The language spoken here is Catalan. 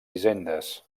hisendes